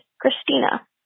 Christina